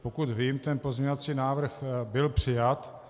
Pokud vím, ten pozměňovací návrh byl přijat.